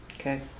Okay